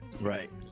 Right